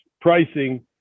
pricing